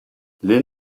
les